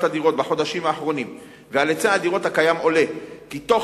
הדירות בחודשים האחרונים ועל היצע הדירות הקיים עולה כי בתוך